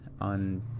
on